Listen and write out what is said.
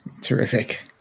terrific